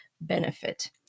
benefit